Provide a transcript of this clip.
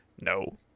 no